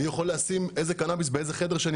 אני יכול לשים איזה קנאביס באיזה חדר שאני